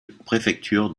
préfecture